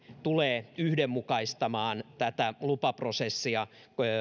tulee yhdenmukaistamaan tätä lupaprosessia